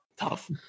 Tough